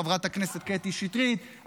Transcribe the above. חברת הכנסת קטי שטרית,